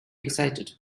excited